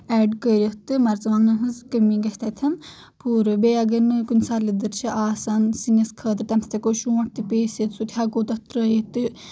add کٔرِتھ تہٕ مرژٕوانٚگنن ہٕنٛز کٔمی گژھہِ تتٮ۪ن پوٗرٕ بییٚہِ اگر نہٕ کُنہِ ساتہٕ لِدٕر چھِ آسان سِنِس خٲطرٕ تمہِ ساتہٕ ہیٚکو شونٛٹھ تہِ پیٖستھ سُہ تہِ ہیٚکو تتھ ترٲیتھ تہٕ